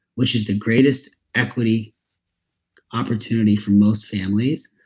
which is the greatest equity opportunity for most families